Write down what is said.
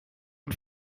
und